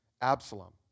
Absalom